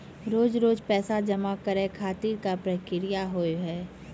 रोज रोज पैसा जमा करे खातिर का प्रक्रिया होव हेय?